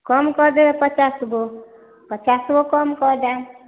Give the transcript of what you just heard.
कम कऽ देबै पचास गो पचास गो कम कऽ देब